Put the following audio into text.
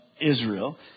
Israel